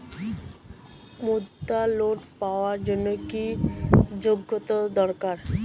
মুদ্রা লোন পাওয়ার জন্য কি যোগ্যতা দরকার?